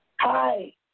hi